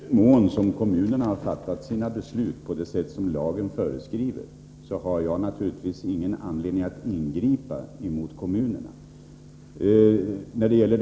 Herr talman! I den mån kommunerna har fattat sina beslut på det sätt som lagen föreskriver har jag naturligtvis ingen anledning att ingripa mot dem.